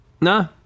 Nah